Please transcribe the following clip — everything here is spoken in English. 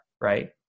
right